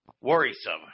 worrisome